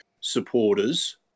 supporters